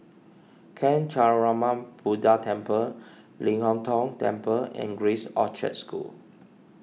Buddha Temple Ling Hong Tong Temple and Grace Orchard School